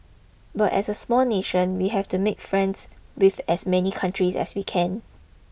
but as a small nation we have to make friends with as many countries as we can